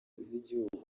z’igihugu